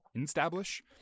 Establish